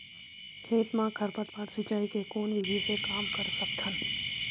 खेत म खरपतवार सिंचाई के कोन विधि से कम कर सकथन?